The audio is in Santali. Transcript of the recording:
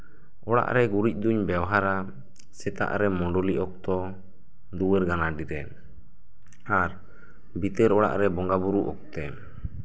ᱚᱲᱟᱜᱨᱮ ᱜᱩᱨᱤᱡᱽ ᱫᱚᱧ ᱵᱮᱣᱦᱟᱨᱟ ᱥᱮᱛᱟᱜᱨᱮ ᱢᱩᱰᱩᱞᱤ ᱚᱠᱛᱚ ᱫᱩᱣᱟᱹᱨ ᱜᱟᱱᱟᱰᱤᱨᱮ ᱟᱨ ᱵᱷᱤᱛᱟᱹᱨ ᱚᱲᱟᱜᱨᱮ ᱵᱚᱸᱜᱟ ᱵᱳᱨᱳ ᱚᱠᱛᱮ